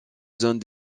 zone